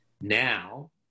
Now